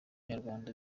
nyarwanda